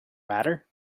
matter